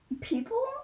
People